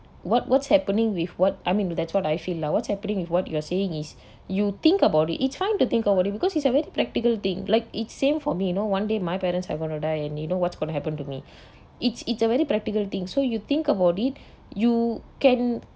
what what's happening with what I mean that's what I feel lah what's happening with what you're saying is you think about it it's fine to think about it because it's a very practical thing like it's same for me you know one day my parents are going to die and you know what's going to happen to me it's it's a very practical thing so you think about it you can